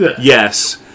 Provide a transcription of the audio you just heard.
yes